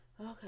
Okay